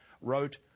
wrote